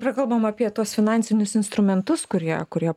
prakalbom apie tuos finansinius instrumentus kurie kurie